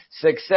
success